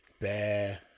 bear